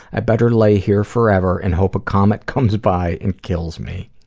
i better lay here forever and hope a comet comes by and kills me.